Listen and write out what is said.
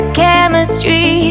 chemistry